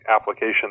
application